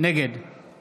נגד שרן